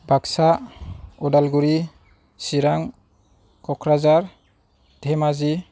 Baksa Udalguri Chirang Kokrajhar Dhemaji